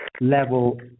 level